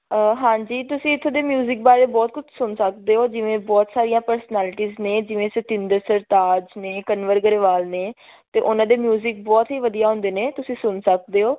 ਹਾਂਜੀ ਤੁਸੀਂ ਇੱਥੋਂ ਦੇ ਮਿਊਜ਼ਿਕ ਬਾਰੇ ਬਹੁਤ ਕੁਛ ਸੁਣ ਸਕਦੇ ਹੋ ਜਿਵੇਂ ਬਹੁਤ ਸਾਰੀਆਂ ਪਰਸਨੈਲਿਟੀਜ ਨੇ ਜਿਵੇਂ ਸਤਿੰਦਰ ਸਰਤਾਜ ਨੇ ਕਨਵਰ ਗਰੇਵਾਲ ਨੇ ਅਤੇ ਉਹਨਾਂ ਦੇ ਮਿਊਜ਼ਿਕ ਬਹੁਤ ਹੀ ਵਧੀਆ ਹੁੰਦੇ ਨੇ ਤੁਸੀਂ ਸੁਣ ਸਕਦੇ ਹੋ